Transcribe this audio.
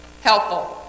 Helpful